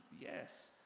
yes